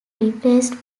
replaced